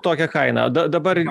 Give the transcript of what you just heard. tokią kainą da dabar